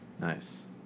Nice